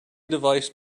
device